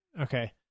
okay